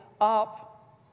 up